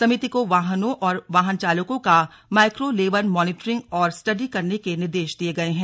समिति को वाहनों और वाहन चालकों का माइक्रो लेवल मॉनीटरिंग और स्टडी करने के निर्देश दिये गए हैं